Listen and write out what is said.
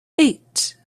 eight